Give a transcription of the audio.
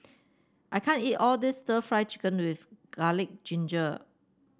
I can't eat all this stir Fry Chicken with curry ginger